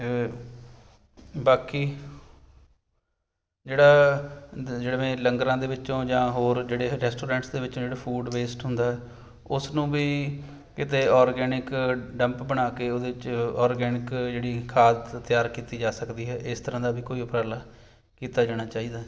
ਬਾਕੀ ਜਿਹੜਾ ਦ ਜਿਵੇਂ ਲੰਗਰਾਂ ਦੇ ਵਿੱਚੋਂ ਜਾਂ ਹੋਰ ਜਿਹੜੇ ਰੈਸਟੋਰੈਂਟਸ ਦੇ ਵਿੱਚ ਜਿਹੜੇ ਫੂਡ ਵੇਸਟ ਹੁੰਦਾ ਉਸ ਨੂੰ ਵੀ ਕਿਤੇ ਔਰਗੈਨਿਕ ਡੰਪ ਬਣਾ ਕੇ ਉਹਦੇ 'ਚ ਔਰਗੈਨਿਕ ਜਿਹੜੀ ਖਾਦ ਤਿਆਰ ਕੀਤੀ ਜਾ ਸਕਦੀ ਹੈ ਇਸ ਤਰ੍ਹਾਂ ਦਾ ਵੀ ਕੋਈ ਉਪਰਾਲਾ ਕੀਤਾ ਜਾਣਾ ਚਾਹੀਦਾ